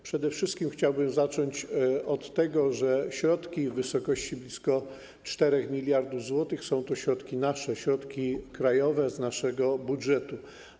Przede wszystkim chciałbym zacząć od tego, że środki w wysokości blisko 4 mld zł są to środki nasze, środki krajowe, z naszego budżetu.